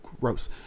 gross